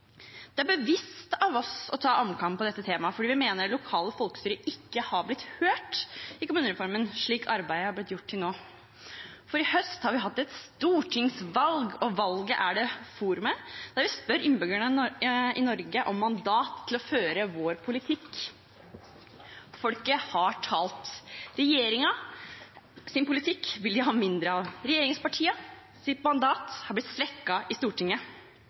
Det er bevisst av oss å ta omkamp på dette temaet, for vi mener det lokale folkestyret ikke har blitt hørt i kommunereformen slik arbeidet har blitt gjort til nå. For i høst har vi hatt et stortingsvalg, og valget er det forumet der vi ber innbyggerne i Norge om mandat til å føre vår politikk. Folket har talt. Regjeringens politikk vil de ha mindre av. Regjeringspartienes mandat har blitt svekket i Stortinget.